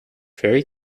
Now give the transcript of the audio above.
very